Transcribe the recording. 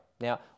Now